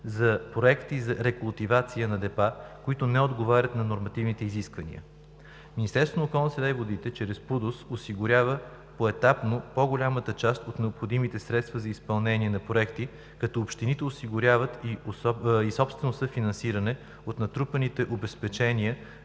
за проекти за рекултивация на депа, които не отговарят на нормативните изисквания. Министерството на околната среда и водите чрез ПУДООС осигурява поетапно по-голямата част от необходимите средства за изпълнение на проекти, като общините осигуряват и собствено съфинансиране от натрупаните обезпечения